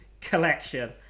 collection